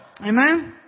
Amen